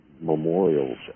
memorials